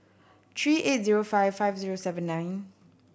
three eight zero five five zero seven nine